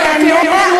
נא להוציא אותו.